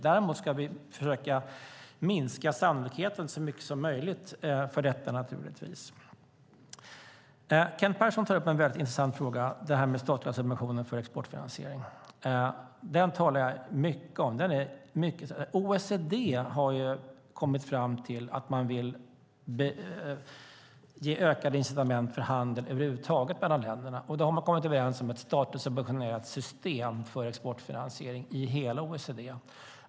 Däremot ska vi försöka minska sannolikheten för detta så mycket som möjligt. Kent Persson tar upp en mycket intressant fråga, nämligen detta med statliga subventioner för exportfinansiering. Den talar jag mycket om. OECD har kommit fram till att man vill ge ökade incitament för handel mellan länderna över huvud taget. Där har man kommit överens om ett statligt subventionerat system för exportfinansiering i hela OECD.